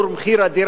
מחיר הדירה,